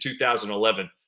2011